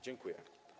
Dziękuję.